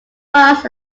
was